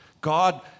God